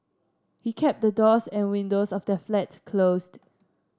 he kept the doors and windows of their flat closed